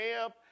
camp